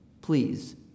please